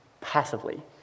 passively